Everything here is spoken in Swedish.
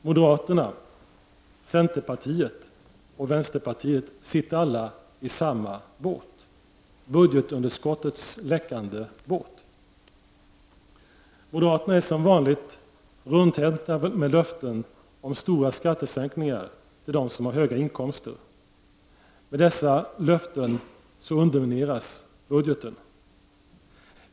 Moderaterna, centerpartiet och vänsterpartiet sitter alla i samma båt — budgetunderskottets läckande båt. Moderaterna är som vanligt rundhänta med löften om stora skattesänkningar till dem som har höga inkomster. Med dessa löften undermineras budgeten.